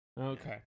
okay